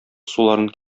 суларын